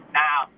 now